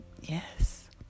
Yes